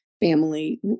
family